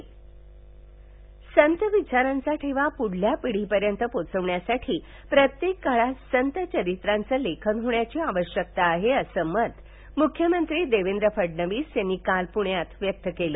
मुख्यमंत्री संत विचारांचा ठेवा पुढच्या पिढीपर्यंत पोहोचवण्यासाठी प्रत्येक काळात संत चरित्रांच लेखन होण्याची आवश्यकता आहे असं मत मुख्यमंत्री देवेंद्र फडणवीस यांनी काल पुण्यात व्यक्त केलं